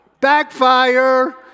Backfire